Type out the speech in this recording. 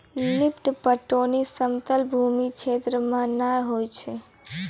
lift पटौनी समतल भूमी क्षेत्र मे नै होय छै